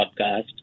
podcast